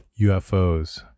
UFOs